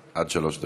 עד שלוש דקות.